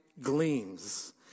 gleams